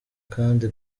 kandi